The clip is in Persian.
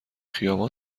خیابان